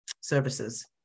services